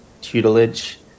tutelage